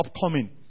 upcoming